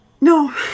No